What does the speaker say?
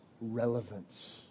relevance